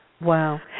Wow